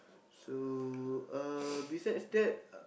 so uh besides that uh